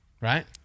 Right